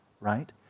right